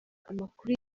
amakuru